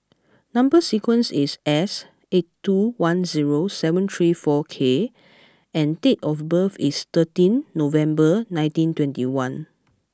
number sequence is S eight two one zero seven three four K and date of birth is thirteenth November nineteen twenty one